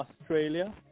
Australia